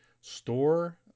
store